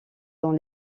dans